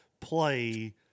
play